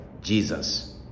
Jesus